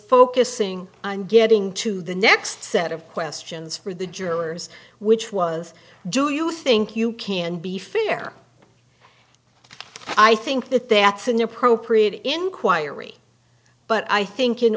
focusing on getting to the next set of questions for the jurors which was do you think you can be fair i think that that's an appropriate inquiry but i think in